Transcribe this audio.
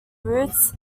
roots